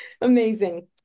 amazing